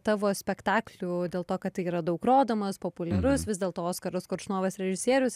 tavo spektaklių dėl to kad tai yra daug rodomas populiarus vis dėlto oskaras koršunovas režisierius